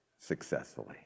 successfully